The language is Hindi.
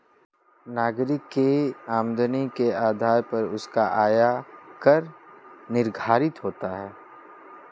नागरिक की आमदनी के आधार पर उसका आय कर निर्धारित होता है